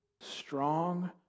strong